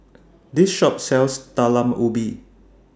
This Shop sells Talam Ubi